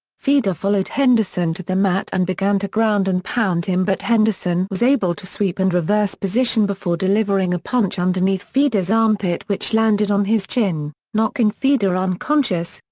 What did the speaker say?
fedor followed henderson to the mat and began to ground-and-pound him but henderson was able to sweep and reverse position before delivering a punch underneath fedor's armpit which landed on his chin, knocking fedor unconscious,